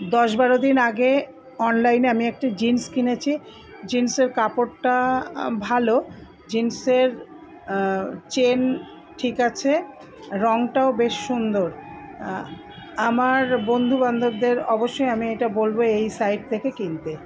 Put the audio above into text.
দশ বারো দিন আগে অনলাইনে আমি একটি জিনস কিনেছি জিনসের কাপড়টা ভালো জিনসের চেন ঠিক আছে রংটাও বেশ সুন্দর আমার বন্ধুবান্ধবদের অবশ্যই আমি এটা বলব এই সাইট থেকে কিনতে